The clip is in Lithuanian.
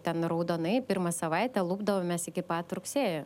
ten raudonai pirmą savaitę lupdavomės iki pat rugsėjo